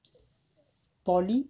s~ poly